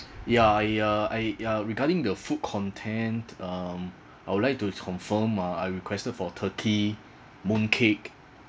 ya ya I ya regarding the food content um I would like to confirm uh I requested for turkey mooncake